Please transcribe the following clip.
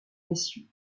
messieurs